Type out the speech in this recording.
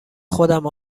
خودم